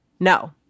No